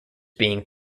being